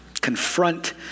Confront